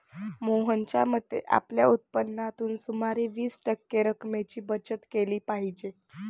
मोहनच्या मते, आपल्या उत्पन्नातून सुमारे वीस टक्के रक्कमेची बचत केली पाहिजे